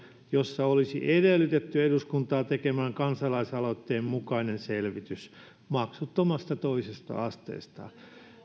jossa olisi edellytetty eduskuntaa tekemään kansalaisaloitteen mukainen selvitys maksuttomasta toisesta asteesta